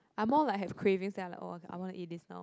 I more like have cravings then I like oh okay I want to eat this now